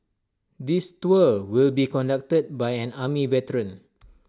this tour will be conducted by an army veteran